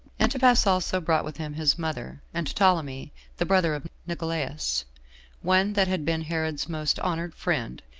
antipas also brought with him his mother, and ptolemy the brother of nicolaus, one that had been herod's most honored friend,